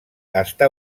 està